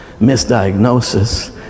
misdiagnosis